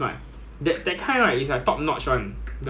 so it's like !walao!